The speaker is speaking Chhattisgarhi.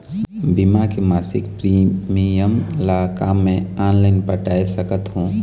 बीमा के मासिक प्रीमियम ला का मैं ऑनलाइन पटाए सकत हो?